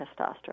testosterone